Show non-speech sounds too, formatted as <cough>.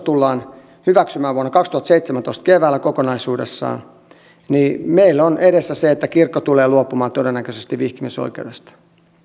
<unintelligible> tullaan hyväksymään vuonna kaksituhattaseitsemäntoista keväällä kokonaisuudessaan niin meillä on edessä se että kirkko tulee luopumaan todennäköisesti vihkimisoikeudestaan